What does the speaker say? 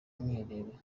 mwiherero